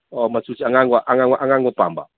ꯑꯣ ꯃꯆꯨꯁꯦ ꯑꯉꯥꯡꯕ ꯄꯥꯝꯃꯦ